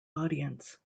audience